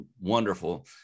wonderful